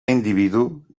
individu